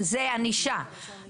אני פשוט